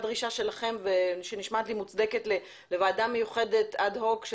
דרישה שלכם שנשמעת לי מוצדקת לוועדה מיוחדת אד-הוק.